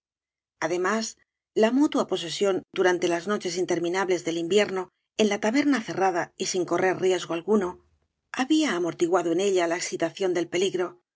además la mutua posesión durante las noches interminables del invierno en la taberna cerrada y sin correr riesgo alguno ha v blasco ibáñez bía amortiguado en ella la excitación del peligro